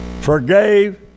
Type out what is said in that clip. forgave